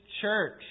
church